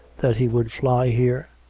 that he would fly here,